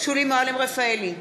שולי מועלם-רפאלי,